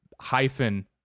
hyphen